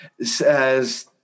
Says –